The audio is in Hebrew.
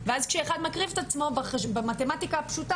ואז כשאחד מקריב את עצמו במתמטיקה הפשוטה